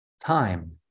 time